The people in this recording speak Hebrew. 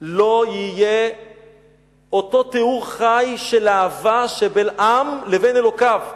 לא יהיה אותו תיאור חי של אהבה שבין עם לבין אלוקיו.